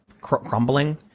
crumbling